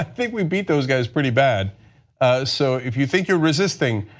ah think we be those guys pretty bad so if you think you are resisting,